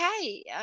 okay